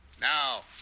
Now